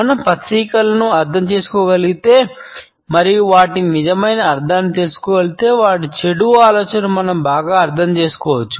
మనం ప్రతీకలను అర్థం చేసుకోగలిగితే మరియు వాటి నిజమైన అర్థాన్ని తెలుసుకుంటే వారి చెడు ఆలోచనలను మనం బాగా అర్థం చేసుకోవచ్చు